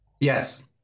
Yes